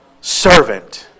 servant